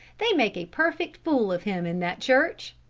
they make a perfect fool of him in that church.